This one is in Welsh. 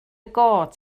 got